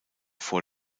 vor